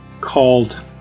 called